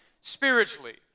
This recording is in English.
spiritually